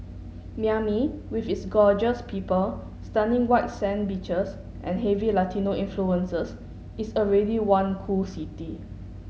Miami with its gorgeous people stunning white sand beaches and heavy Latino influences is already one cool city